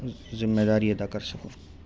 ذمہ داری ادا کر سکوں